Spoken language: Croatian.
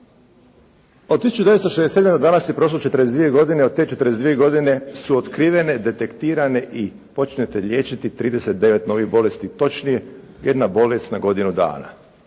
Od 1967. do danas je prošlo 42 godine, od te 42 godine su otkrivene, detektirane i počete liječiti 39 novih bolesti, točnije jedna bolest na godinu dana.